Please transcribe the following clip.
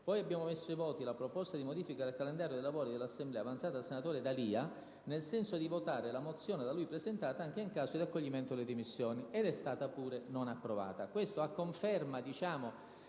poi ho messo ai voti la proposta di modifica del calendario dei lavori dell'Assemblea, avanzata dal senatore D'Alia, nel senso di votare la mozione da lui presentata anche in caso di accoglimento delle dimissioni, la quale ugualmente non è stata